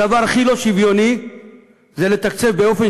הדבר הכי לא שוויוני זה לתקצב באופן